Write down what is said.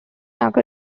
occur